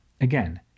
Again